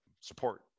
support